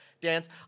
dance